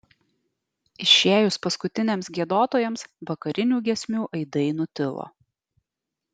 išėjus paskutiniams giedotojams vakarinių giesmių aidai nutilo